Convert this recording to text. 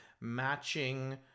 matching